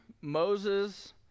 Moses